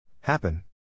Happen